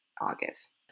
August